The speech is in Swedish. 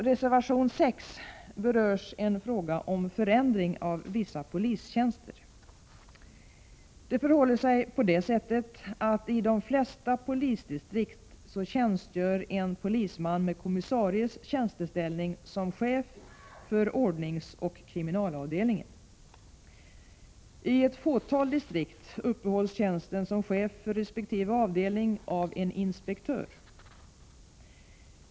Reservation 6 gäller förändringen av vissa polistjänster. Det förhåller sig på det sättet att i de flesta polisdistrikt tjänstgör en polisman med kommissaries tjänsteställning som chef för ordningsoch kriminalavdelningen. I ett fåtal distrikt uppehålls tjänsten som chef för resp. avdelning av en inspektör.